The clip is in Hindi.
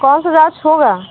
कौन सा जाँच होगा